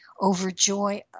overjoy